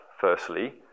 firstly